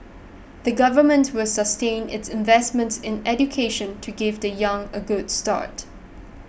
the government will sustain its investments in education to give the young a good start